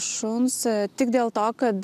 šuns tik dėl to kad